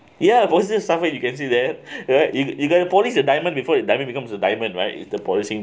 ya suffered you can see that right you got to polish your diamond before your diamond me becomes a diamond right is the polishing